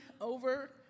over